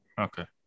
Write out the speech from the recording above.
Okay